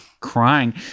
crying